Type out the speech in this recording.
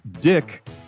Dick